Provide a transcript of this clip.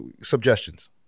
suggestions